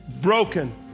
broken